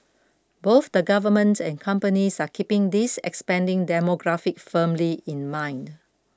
both the government and companies are keeping this expanding demographic firmly in mind